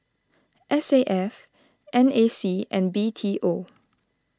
S A F N A C and B T O